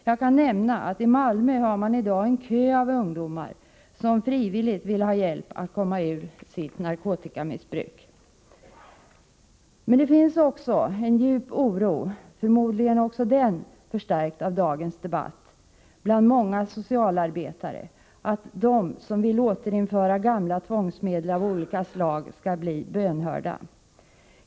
Jag kan nämna att man i Malmö i dag har en kö av ungdomar som frivilligt vill ha hjälp att komma ur sitt narkotikamissbruk. Men det finns också en djup oro — förmodligen blir också den förstärkt av dagens debatt — bland många socialarbetare för att de som vill återinföra gamla tvångsmedel av olika slag skall bli bönhörda.